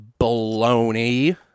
baloney